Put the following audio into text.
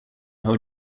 hold